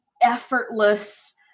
effortless